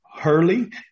Hurley